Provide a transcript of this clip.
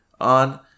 on